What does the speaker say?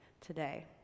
today